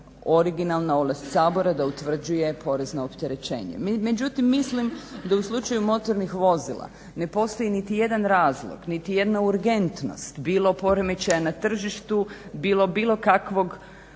originalna ovlast Sabora da utvrđuje porezno opterećenje. Međutim, mislim da u slučaju motornih vozila ne postoji niti jedan razlog, niti jedna urgentnost bilo poremećaja na tržištu bilo, bilo kakvog